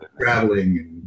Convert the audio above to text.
traveling